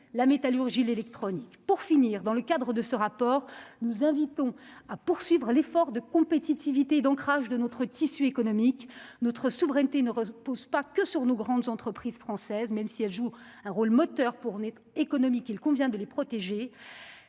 la métallurgie, l'électronique pour finir dans le cadre de ce rapport, nous invitons à poursuivre l'effort de compétitivité d'ancrage de notre tissu économique, notre souveraineté ne repose pas que sur nos grandes entreprises françaises, même si elle joue un rôle moteur pour l'économie qu'il convient de les protéger,